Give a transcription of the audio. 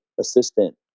assistant